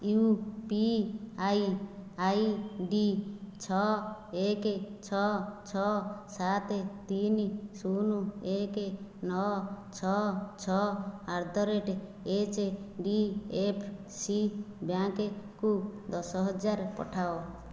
you P I I D ଛଅ ଏକ ଛଅ ଛଅ ସାତ ତିନି ଶୂନ ନଅ ଏକ ଛଅ ଛଅ at the rate H D F C ବ୍ୟାଙ୍କକୁ ଦଶହଜାର ପଠାଅ